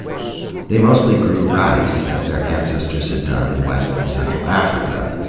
they mostly grew rice, as their ancestors had done in west and central africa.